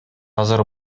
азыр